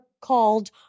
called